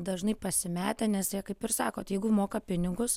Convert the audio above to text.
dažnai pasimetę nes jie kaip ir sakot jeigu moka pinigus